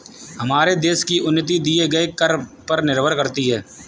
हमारे देश की उन्नति दिए गए कर पर निर्भर करती है